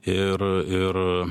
ir ir